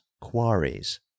quarries